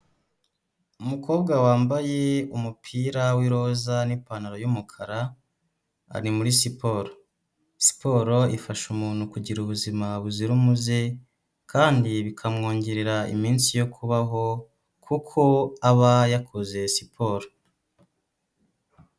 Umukobwa wambaye umupira w'iroza n'ipantaro y'umukara ari muri siporo, siporo ifasha umuntu kugira ubuzima buzira umuze kandi bikamwongerera iminsi yo kubaho kuko aba yakoze siporo.